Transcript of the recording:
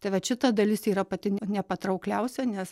tai vat šita dalis yra pati nepatraukliausia nes